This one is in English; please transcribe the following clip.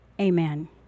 Amen